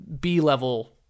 B-level